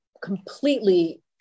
completely